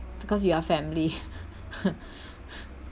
because you are family